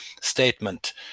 statement